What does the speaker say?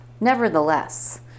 Nevertheless